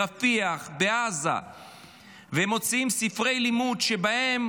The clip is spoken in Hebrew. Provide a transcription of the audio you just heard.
ברפיח ובעזה והם מוצאים ספרי לימוד שבהם